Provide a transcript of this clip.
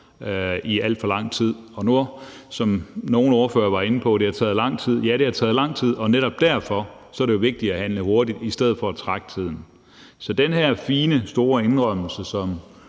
i alt for lang tid. Som nogle ordførere var inde på, har det taget lang tid, og ja, det har taget lang tid, og netop derfor er det jo vigtigt at handle hurtigt i stedet for at trække tiden. Så det er jo meget fint med den